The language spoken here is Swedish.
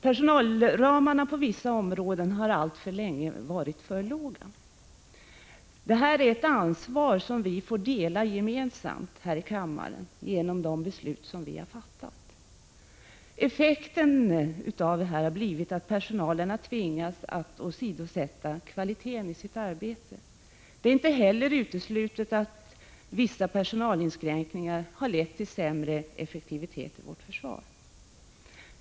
Personalramarna på vissa områden har alltför länge varit för låga. Ansvaret för det får vi dela gemensamt här i kammaren. Ramarnas storlek beror ju på de beslut som vi har fattat. Effekten har blivit att personalen har tvingats att åsidosätta kvaliteten i sitt arbete. Det är inte heller uteslutet att vissa personalinskränkningar har lett till sämre effektivitet i vårt försvar.